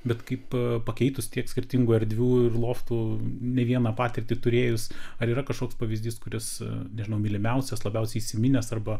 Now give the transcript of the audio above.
bet kaip pakeitus tiek skirtingų erdvių ir loftų ne vieną patirtį turėjus ar yra kažkoks pavyzdys kuris nežinau mylimiausias labiausiai įsiminęs arba